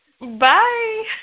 Bye